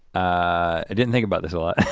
ah i didn't think about this a lot.